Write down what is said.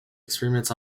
experiments